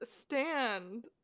stand